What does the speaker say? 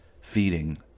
feeding